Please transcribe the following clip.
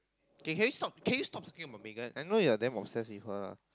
okay can stop can stop thinking about Megan I know you're damn obsessed with her lah